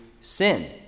sin